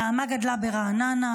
נעמה גדלה ברעננה.